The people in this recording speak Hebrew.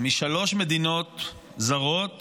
משלוש מדינות זרות